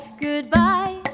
Goodbye